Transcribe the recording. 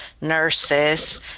nurses